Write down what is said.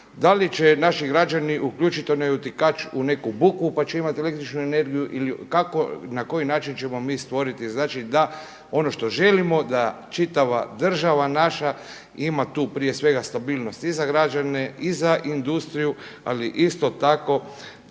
da li će naši građani uključiti onaj utikač u neku buku pa će imati električnu energiju ili kako na koji način ćemo mi stvoriti znači da ono što želimo da čitava država naša ima tu prije svega stabilnost i za građane i za industriju ali isto tako